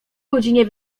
godzinie